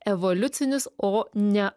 evoliucinis o ne